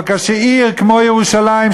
אבל עיר כמו ירושלים,